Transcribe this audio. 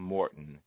Morton